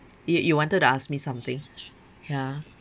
you you wanted ask me something ya